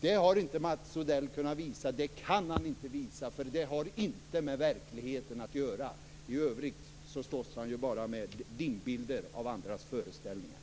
Det har inte Mats Odell kunnat visa. Det kan han inte visa. Det har inte med verkligheten att göra. I övrigt slåss han ju bara med dimbilder av andras föreställningar.